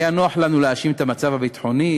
היה נוח לנו להאשים את המצב הביטחוני,